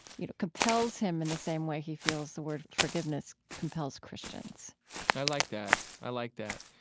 you know, compels him in the same way he feels the word forgiveness compels christians i like that. i like that.